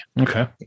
Okay